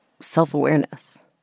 self-awareness